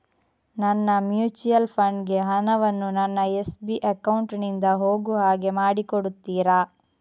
ನನ್ನ mutual fund ಗೆ ಹಣ ವನ್ನು ನನ್ನ ಎಸ್.ಬಿ ಅಕೌಂಟ್ ನಿಂದ ಹೋಗು ಹಾಗೆ ಮಾಡಿಕೊಡುತ್ತೀರಾ?